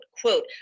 quote